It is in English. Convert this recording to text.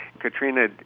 Katrina